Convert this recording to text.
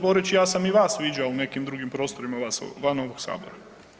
Borić ja sam i vas viđao u nekim drugim prostorima van ovog sabora.